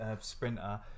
sprinter